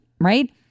right